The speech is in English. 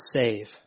save